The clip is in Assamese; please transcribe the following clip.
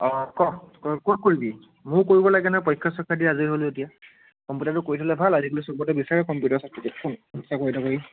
অঁ ক ক'ত কৰিবি মইও কৰিব লাগে ন পৰীক্ষা চৰীক্ষা দি আজৰি হ'লোঁ এতিয়া কম্পিউটাৰটো কৰি থ'লে ভাল আজিকালি চবতে বিচাৰে কম্পিউটাৰ চাৰ্টিফিকেটখন চাকৰি তাকৰি